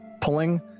pulling